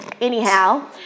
anyhow